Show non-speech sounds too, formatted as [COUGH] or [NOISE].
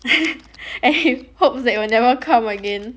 [LAUGHS] and he hopes that it will never come again